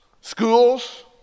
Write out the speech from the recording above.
schools